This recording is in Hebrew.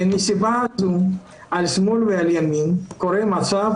ומסיבה זו על שמאל ועל ימין קורה מצב